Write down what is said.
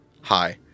Hi